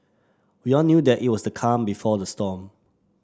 we all knew that it was the calm before the storm